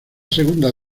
segunda